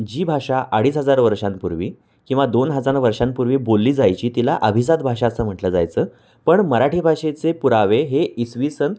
जी भाषा अडीच हजार वर्षांपूर्वी किंवा दोन हजार वर्षांपूर्वी बोलली जायची तिला अभिजात भाषा असं म्हटलं जायचं पण मराठी भाषेचे पुरावे हे इसवी सन